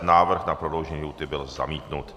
Návrh na prodloužení lhůty byl zamítnut.